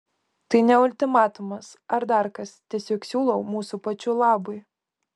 tai ne ultimatumas ar dar kas tiesiog siūlau mūsų pačių labui